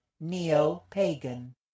Neo-pagan